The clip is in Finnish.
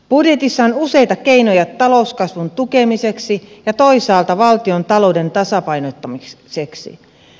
budjetissa on useita keinoja talouskasvun tukemiseksi ja toisaalta valtiontalouden tasapainottamiseksi